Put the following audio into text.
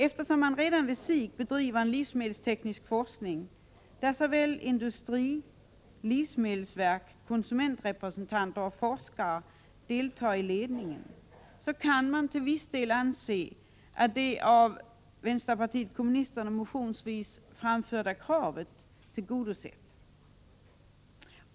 Eftersom man redan vid SIK bedriver en livsmedelsteknisk forskning, där såväl industri och livsmedelsverk som konsumentrepresentanter och forskare deltar i ledningen, kan man till viss del anse det av vpk motionsvis framförda kravet tillgodosett.